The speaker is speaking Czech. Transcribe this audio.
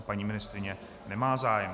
Paní ministryně, nemá zájem.